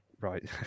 Right